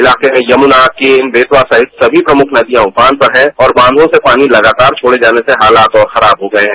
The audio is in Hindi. इलाके में यमुना केन बेतवा सहित सभी प्रमुख नदियां उफान पर है और बांधों से लगातार पानी छोड़े जाने से हालात और खराब हो गए है